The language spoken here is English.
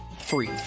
free